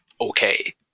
okay